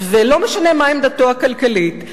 ולא משנה מה עמדתו הכלכלית,